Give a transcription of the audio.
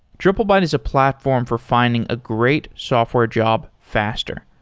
triplebyte is a platform for finding a great software job faster.